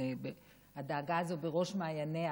הדאגה הזאת בראש מעייניה,